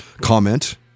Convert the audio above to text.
Comment